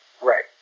Right